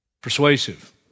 persuasive